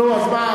נו, אז מה?